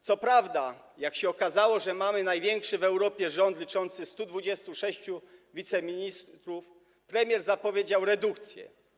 Co prawda, jak się okazało, że mamy największy w Europie rząd, liczący 126 wiceministrów, premier zapowiedział redukcję.